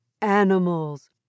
Animals